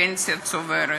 פנסיה צוברת.